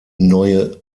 neue